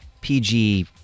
PG